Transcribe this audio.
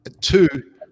Two